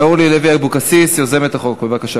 הצעת חוק מגבלות